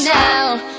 now